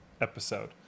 episode